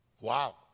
Wow